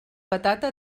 patata